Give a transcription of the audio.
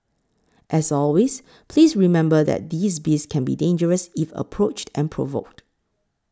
as always please remember that these beasts can be dangerous if approached and provoked